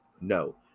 No